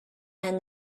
and